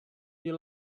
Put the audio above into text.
you